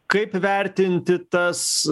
kaip vertinti tas